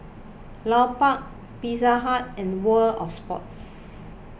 Lupark Pizza Hut and World of Sports